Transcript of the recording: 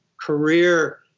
career